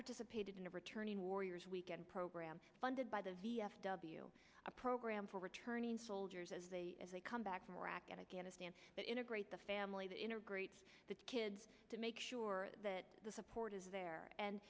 participated in of returning warriors weekend program funded by the v f w a program for returning soldiers as they come back from iraq and afghanistan that integrate the family that integrates the kids to make sure that the support is there and